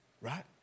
Right